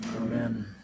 Amen